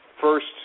first